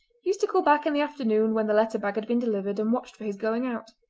used to call back in the afternoon when the letter-bag had been delivered and watched for his going out.